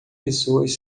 pessoas